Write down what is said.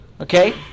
Okay